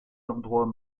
l’endroit